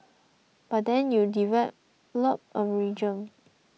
but then you develop a regime